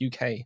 UK